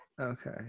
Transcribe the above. okay